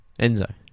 Enzo